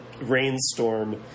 rainstorm